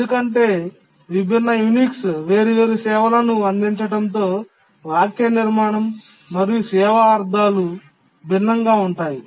ఎందుకంటే విభిన్న యునిక్స్ వేర్వేరు సేవలను అందించడంతో వాక్యనిర్మాణం మరియు సేవా అర్థాలు భిన్నంగా ఉన్నాయి